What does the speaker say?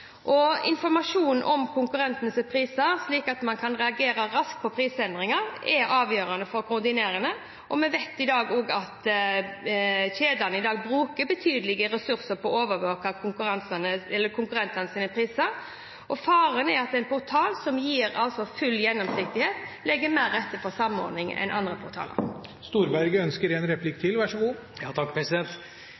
Informasjonen om konkurrentenes priser, slik at man kan reagere raskt på prisendringer, er avgjørende for koordineringen, og vi vet at kjedene i dag bruker betydelige ressurser på å overvåke konkurrentenes priser. Faren er at en portal som gir full gjennomsiktighet, legger mer til rette for samordning enn andre portaler. Jeg mener at dette ikke var svar på spørsmålet. Alle de innvendinger man har mot en